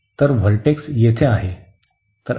तर व्हर्टेक्स येथे आहे